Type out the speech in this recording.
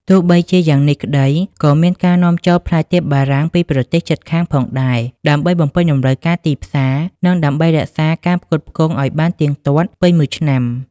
ទោះបីជាយ៉ាងនេះក្តី ក៏មានការនាំចូលផ្លែទៀបបារាំងពីប្រទេសជិតខាងផងដែរ ដើម្បីបំពេញតម្រូវការទីផ្សារ និងដើម្បីរក្សាការផ្គត់ផ្គង់ឱ្យបានទៀងទាត់ពេញមួយឆ្នាំ។